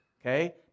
okay